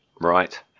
Right